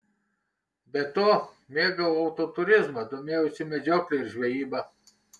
be to mėgau autoturizmą domėjausi medžiokle ir žvejyba